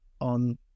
on